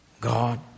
God